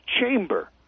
chamber